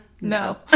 no